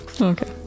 Okay